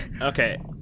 Okay